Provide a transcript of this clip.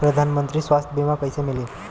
प्रधानमंत्री स्वास्थ्य बीमा कइसे मिली?